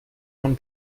man